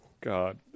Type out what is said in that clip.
God